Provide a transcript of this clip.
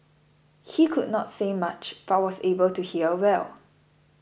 he could not say much but was able to hear well